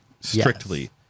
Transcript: strictly